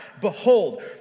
behold